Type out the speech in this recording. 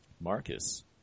Marcus